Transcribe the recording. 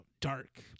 dark